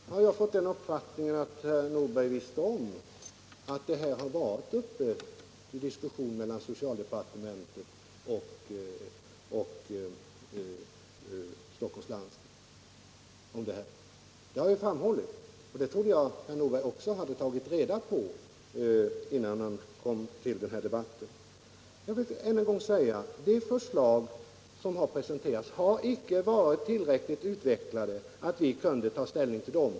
Herr talman! Jag har faktiskt fått uppfattningen att herr Nordberg visste om att detta har varit uppe till diskussion mellan socialdepartementet och Stockholms läns landsting. Det har jag framhållit, och det trodde jag att herr Nordberg också tagit reda på, innan han kom till den här debatten. Jag vill än en gång säga: De förslag som presenterats har icke varit tillräckligt utvecklade, och vi har därför inte kunnat ta ställning till dem.